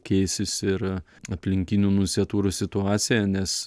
keisis ir aplinkinių nunciatūrų situaciją nes